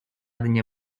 dnie